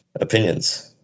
opinions